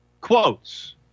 Quotes